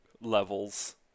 levels